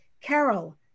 Carol